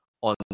on